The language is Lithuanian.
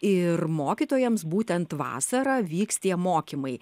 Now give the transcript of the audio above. ir mokytojams būtent vasarą vyks tie mokymai